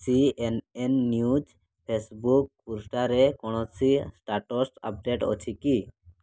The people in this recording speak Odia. C N N news Facebook ପୃଷ୍ଠାରେ କୌଣସି ଷ୍ଟାଟସ୍ ଅପ୍ଡ଼େଟ୍ ଅଛି କି